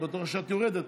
אני בטוח שאת יורדת,